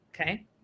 Okay